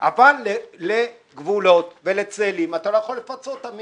בזה.את גבולות ואת צאלים אתה לא יכול לפצות אם